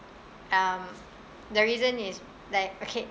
um the reason is like okay